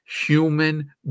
human